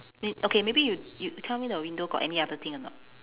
n~ okay maybe you you tell me your window got any other thing or not